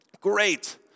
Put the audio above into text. great